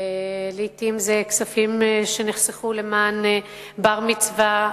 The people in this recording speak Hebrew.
לעתים אלה כספים שנחסכו למען בר-מצווה.